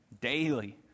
daily